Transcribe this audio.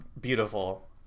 beautiful